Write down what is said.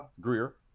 Greer